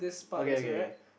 okay okay okay